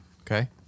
Okay